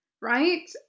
right